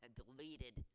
deleted